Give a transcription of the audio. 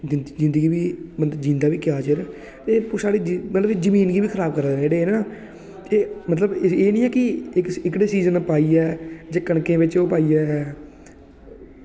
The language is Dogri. जिंदगी बी जिंदा बी क्या चिर एह् छड़े मतलब जमीन गी बी खराब करा दे न जेह्ड़े एह् मतलब एह् निं ऐ की एह्कड़ा सीज़न पाइयै जे कनकै बिच ओह् पाइयै